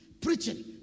Preaching